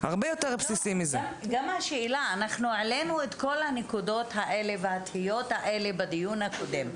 יש גם את השאלה: אנחנו העלינו את הנקודות והתהיות האלה בדיון הקודם.